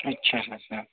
अच्छा अच्छा